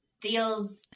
deals